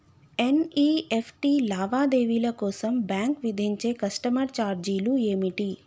NEFT లావాదేవీల కోసం bank విధించే కస్టమర్ ఛార్జీలు ఏమిటి?